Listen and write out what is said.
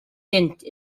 since